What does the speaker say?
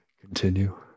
continue